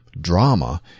drama